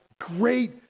great